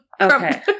Okay